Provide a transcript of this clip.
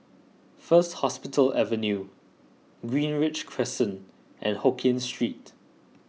First Hospital Avenue Greenridge Crescent and Hokkien Street